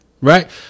Right